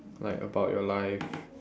like about your life